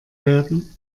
werden